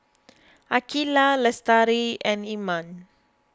Aqilah Lestari and Iman